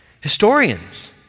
Historians